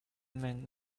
man